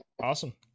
awesome